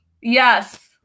Yes